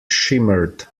shimmered